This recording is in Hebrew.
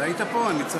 אדוני